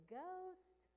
ghost